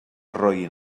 roín